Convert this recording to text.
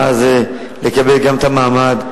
ואז גם לקבל את המעמד,